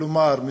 כלומר,